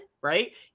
right